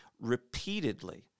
repeatedly